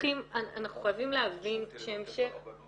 אנחנו חייבים להבין -- חשבתי לבטל את הרבנות.